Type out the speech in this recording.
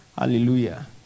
Hallelujah